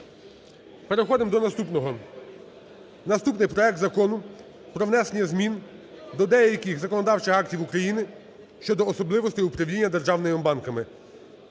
Переходимо до наступного. Наступний проект Закону про внесення змін до деяких законодавчих актів України щодо особливостей управління державними банками